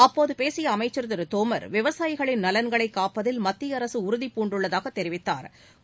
அப்போது பேசிய அமைச்சர் திரு தோமர் விவசாயிகளின் நலன்களை காப்பதில் மத்திய அரசு உறுதிபூண்டுள்ளதாக தெரிவித்தாா்